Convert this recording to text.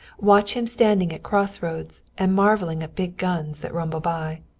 watch him standing at crossroads and marveling at big guns that rumble by.